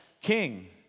King